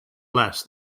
less